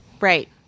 Right